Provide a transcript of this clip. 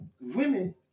women